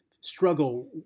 struggle